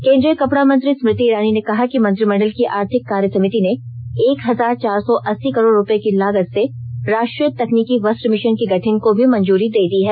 केन्द्रीय कपड़ा मंत्री स्मृति ईरानी ने कहा कि मंत्रिमंडल की आर्थिक कार्य समिति ने एक हजार चार सौ अस्सी करोड रुपये की लागत से राष्ट्रीय तकनीकी वस्त्र मिशन के गठन को भी मंजुरी दे दी है